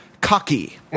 cocky